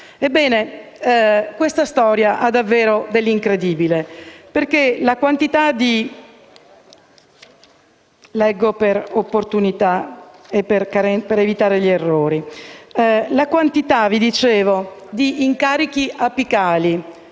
Ebbene, questa storia ha davvero dell'incredibile, perché la quantità di incarichi apicali